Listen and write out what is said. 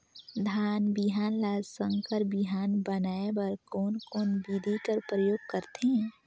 धान बिहान ल संकर बिहान बनाय बर कोन कोन बिधी कर प्रयोग करथे?